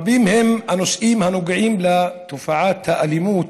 רבים הם הנושאים הנוגעים לתופעת האלימות,